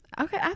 okay